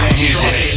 music